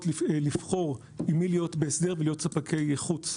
לבחור עם מי להיות בהסדר ולהיות ספקי חוץ.